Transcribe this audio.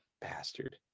bastard